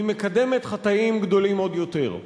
היא מקדמת חטאים גדולים עוד יותר.